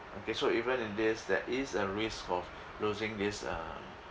okay so even in this that is a risk of losing this uh